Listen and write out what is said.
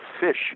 fish